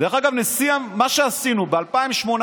מה שעשינו ב-2018,